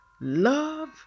love